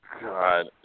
God